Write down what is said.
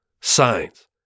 signs